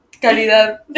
calidad